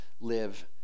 live